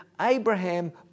Abraham